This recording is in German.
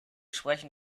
sprechen